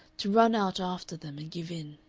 to run out after them and give in.